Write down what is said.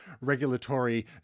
regulatory